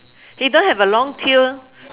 he don't have a long tail